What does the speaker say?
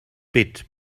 bit